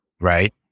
right